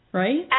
right